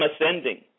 ascending